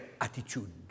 attitude